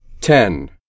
ten